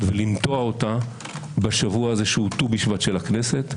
ולנטוע אותה בשבוע הזה שהוא ט"ו בשבט של הכנסת.